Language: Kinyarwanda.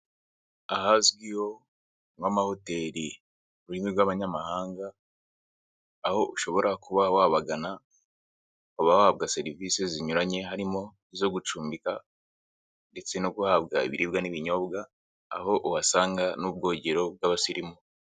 Ahazwiho nk'amahoteri mu rurimi rw'Abanyamahanga, aho ushobora kuba wabagana ukaba wahabwa serivisi zinyuranye, harimo zo gucumbika ndetse no guhabwa ibiribwa n'ibinyobwa, aho uhasanga n'ubwogero bw'abasirimu.